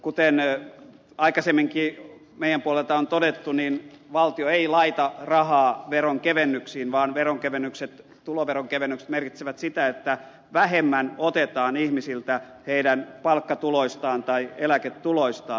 kuten aikaisemminkin meidän puolelta on todettu niin valtio ei laita rahaa veronkevennyksiin vaan veronkevennykset tuloveronkevennykset merkitsevät sitä että vähemmän otetaan ihmisiltä heidän palkkatuloistaan tai eläketuloistaan